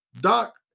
Doc